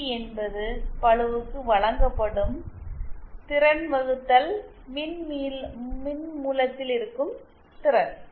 D என்பது பளுவுக்கு வழங்கப்படும் திறன் வகுத்தல் மின்மூலத்தில் இருக்கும் திறன்